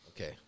Okay